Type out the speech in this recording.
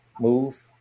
move